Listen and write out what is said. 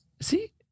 See